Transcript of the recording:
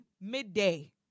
midday